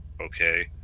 okay